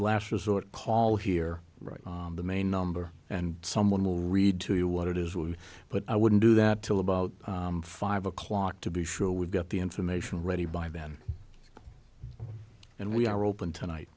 last resort call here write them a number and someone will read to you what it is will but i wouldn't do that till about five o'clock to be sure we've got the information ready by then and we are open tonight